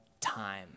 time